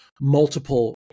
multiple